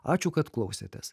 ačiū kad klausėtės